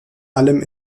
allem